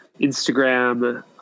instagram